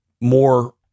more